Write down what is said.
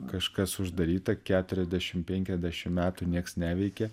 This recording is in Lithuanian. kažkas uždaryta keturiasdešim penkiasdešim metų nieks neveikė